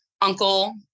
uncle